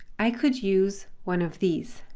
i could use one of these.